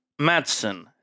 Madsen